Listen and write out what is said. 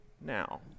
now